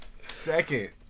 Second